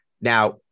now